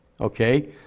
Okay